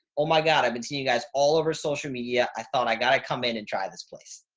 oh my god, i've been seeing you guys all over social media. i thought i got to come in and try this place.